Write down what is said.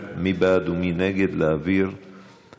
בבקשה, מי בעד ומי נגד להעביר להמשך